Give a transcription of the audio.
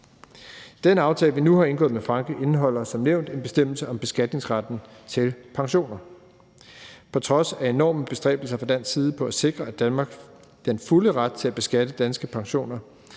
Den aftale, vi nu har indgået med Frankrig, indeholder som nævnt en bestemmelse om beskatningsretten til pensioner. På trods af enorme bestræbelser fra dansk side på at sikre Danmark den fulde ret til at beskatte danske pensioner,